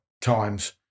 times